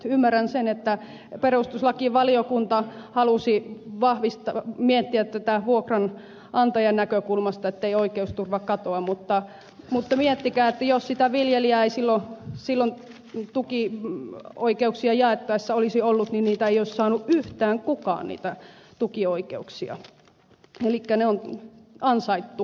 ymmärrän sen että perustuslakivaliokunta halusi miettiä tätä vuokranantajan näkökulmasta ettei oikeusturva katoa mutta miettikää sitä että jos sitä viljelijää ei silloin tukioikeuksia jaettaessa olisi ollut niin niitä tukioikeuksia ei olisi saanut yhtään kukaan elikkä ne on ansaittu työllä